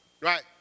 Right